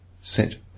sit